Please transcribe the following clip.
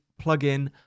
plugin